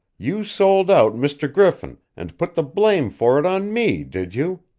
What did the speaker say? you sold out mr. griffin and put the blame for it on me, did you?